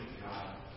God